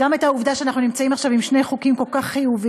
גם את העובדה שאנחנו נמצאים עכשיו עם שני חוקים כל כך חיוביים.